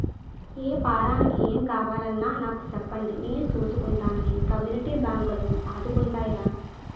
ఏపారానికి ఏం కావాలన్నా నాకు సెప్పండి నేను సూసుకుంటానని కమ్యూనిటీ బాంకులు ఆదుకుంటాయిరా